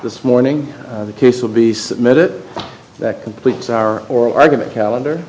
this morning the case will be submitted that completes our or argument calend